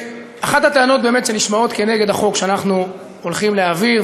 אחת הטענות שנשמעות כנגד החוק שאנחנו הולכים להביא,